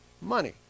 money